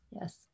Yes